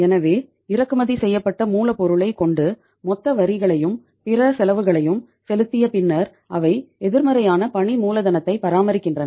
எனவே இறக்குமதி செய்யப்பட்ட மூலப்பொருளைக் கொண்டு மொத்த வரிகளையும் பிற செலவுகளையும் செலுத்திய பின்னர் அவை எதிர்மறையான பணி மூலதனத்தைப் பராமரிக்கின்றன